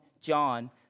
John